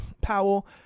Powell